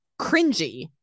cringy